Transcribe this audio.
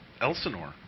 Elsinore